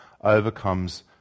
overcomes